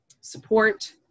support